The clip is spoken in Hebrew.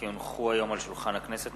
כי הונחו היום על שולחן הכנסת,